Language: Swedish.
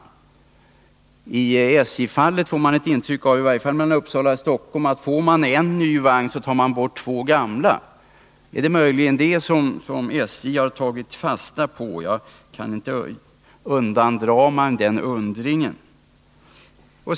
När det gäller SJ — i varje fall trafiken mellan Uppsala och Stockholm — får man ett intryck av att en ny vagn ersätter två gamla. Är det möjligen det som SJ har tagit fasta på? Jag kan inte undandra mig att undra över det.